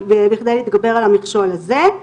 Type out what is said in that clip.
בכדי להתגבר על המכשול הזה.